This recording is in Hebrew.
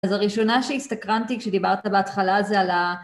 אז הראשונה שהסתקרנתי כשדיברת בהתחלה זה על ה...